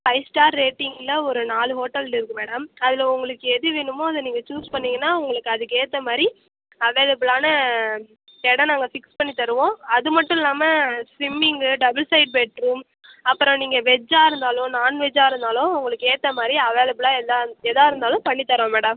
five star ரேட்டிங்கில் ஒரு நாலு ஹோட்டல் இருக்கு மேடம் அதில் உங்களுக்கு எது வேணுமோ அதை நீங்கள் சூஸ் பண்ணீங்கன்னா உங்களுக்கு அதுக்கேத்தமாதிரி அவைலபிலான இடோம் நாங்கள் ஃபிக்ஸ் பண்ணி தருவோம் அது மட்டும் இல்லாமல் ஸ்விம்மிங்கு டபுள் சைட் பெட்ரூம் அப்புறம் நீங்கள் வெஜ்ஜாக இருந்தாலும் நாண்வெஜ்ஜாக இருந்தாலும் உங்களுக்கு ஏத்தமாதிரி அவைலபிலாக எல்லா எதாக இருந்தாலும் பண்ணித் தரோம் மேடம்